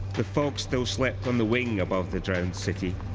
the fog still slept on the wing above the drowned city,